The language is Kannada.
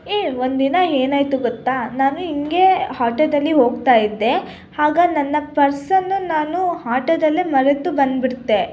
ಏಯ್ ಒಂದು ದಿನ ಏನಾಯಿತು ಗೊತ್ತಾ ನಾನು ಹಿಂಗೇ ಹಾಟೋದಲ್ಲಿ ಹೋಗ್ತಾ ಇದ್ದೆ ಆಗ ನನ್ನ ಪರ್ಸನ್ನು ನಾನು ಹಾಟೋದಲ್ಲೇ ಮರೆತು ಬಂದು ಬಿಟ್ಟೆ